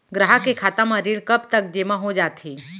ग्राहक के खाता म ऋण कब तक जेमा हो जाथे?